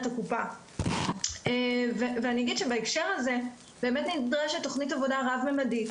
הקופה ואני אגיד שבהקשר הזה באמת נדרשת תוכנית עבודה רב-ממדית,